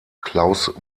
klaus